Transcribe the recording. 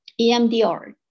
EMDR